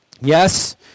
Yes